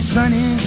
Sunny